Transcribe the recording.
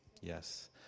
Yes